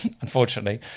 unfortunately